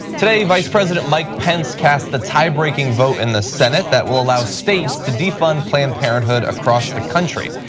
today, vice president mike pence cast the tie-breaking vote in the senate that will allow states to defund planned parenthood across the country.